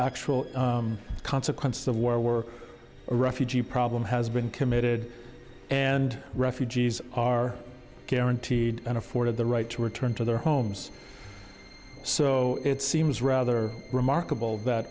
actual consequences of war were a refugee problem has been committed and refugees are guaranteed and afforded the right to return to their homes so it seems rather remarkable that